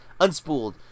Unspooled